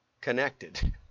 connected